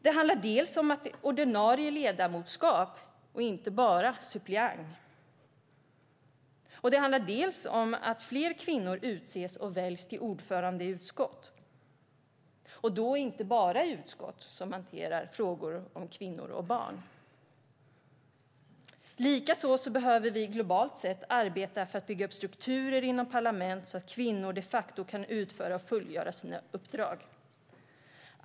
Det handlar dels om ett ordinarie ledamotskap, inte att bara vara suppleant, dels om att fler kvinnor utses och väljs till ordförande i utskott, inte bara i utskott som hanterar frågor om kvinnor och barn. Likaså behöver vi arbeta globalt för att bygga upp strukturer inom parlament så att kvinnor de facto kan utföra och fullfölja sina uppdrag.